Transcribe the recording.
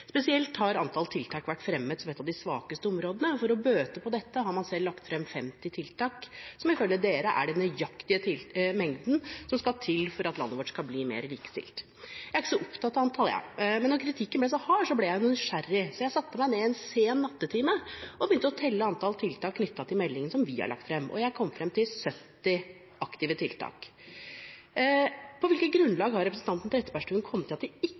Spesielt har antall tiltak vært fremhevet som et av de svakeste områdene. For å bøte på dette har man selv lagt frem 50 tiltak, som ifølge dem er den nøyaktige mengden som skal til for at landet vårt skal bli mer likestilt. Jeg er ikke så opptatt av antallet, jeg, men når kritikken ble så hard, ble jeg nysgjerrig, så jeg satte meg ned en sen nattetime og begynte å telle antall tiltak knyttet til meldingen som vi har lagt frem, og jeg kom frem til 70 aktive tiltak. På hvilket grunnlag har representanten Trettebergstuen kommet til at det ikke